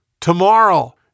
tomorrow